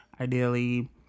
ideally